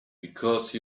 because